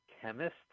chemist